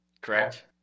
correct